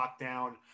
lockdown